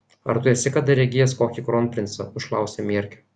ar tu esi kada regėjęs kokį kronprincą užklausė mierkio